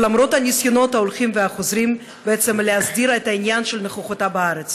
ולמרות הניסיונות החוזרים להסדיר את העניין של נוכחותה בארץ.